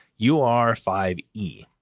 UR5E